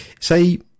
say